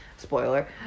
Spoiler